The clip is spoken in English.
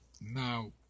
now